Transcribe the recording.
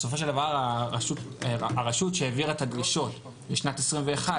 בסופו של דבר הרשות שהעבירה את הדרישות לשנת 2021 דרך,